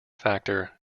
factor